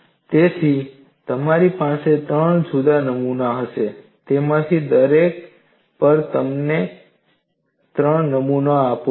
તેથી તે તમારી પાસે ત્રણ જુદા જુદા નમૂનાઓ હશે અને તેમાંથી દરેક પર તમે ત્રણ નમૂનાઓ આપો છો